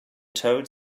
toad